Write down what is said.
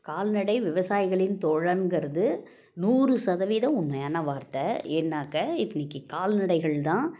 கால்நடை விவசாயிகளின் தோழன்ங்கிறது நூறு சதவீதம் உண்மையான வார்த்தை ஏன்னாக்கா இட்னிக்கு கால்நடைகள் தான்